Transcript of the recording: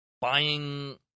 buying